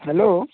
hello